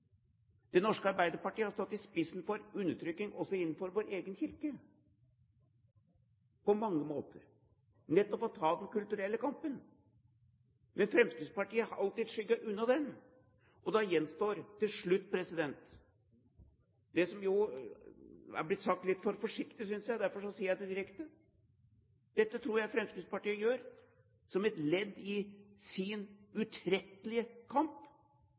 Det norske Arbeiderparti har på mange måter stått i spissen for å motarbeide undertrykking også innenfor vår egen kirke, nettopp ved å ta den kulturelle kampen. Men Fremskrittspartiet har alltid skygget unna den. Da gjenstår til slutt det som jeg synes er blitt sagt litt for forsiktig, derfor sier jeg det direkte: Dette tror jeg Fremskrittspartiet gjør som et ledd i sin utrettelige kamp